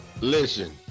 listen